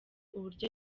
uburyo